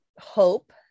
hope